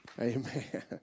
Amen